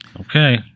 okay